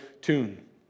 tune